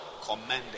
commended